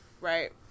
Right